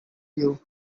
you